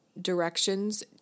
directions